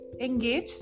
engage